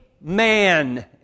man